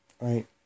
right